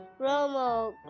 Romo